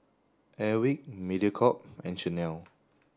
Airwick Mediacorp and Chanel